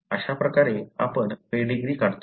अशा प्रकारे आपण पेडीग्री काढतो